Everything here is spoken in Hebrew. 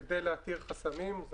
בכדי להסיר חסמים.